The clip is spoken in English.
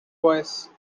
voice